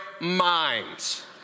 minds